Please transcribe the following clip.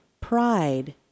pride